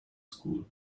school